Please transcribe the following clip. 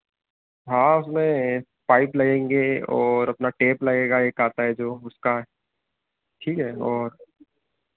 हाँ उसमें पाइप लगेंगे और अपना टेप लगेगा एक आता है जो उसका ठीक है और